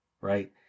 right